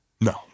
No